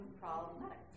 problematic